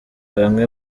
bamwe